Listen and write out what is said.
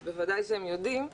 אז בוודאי שהם יודעים.